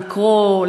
לקרוא,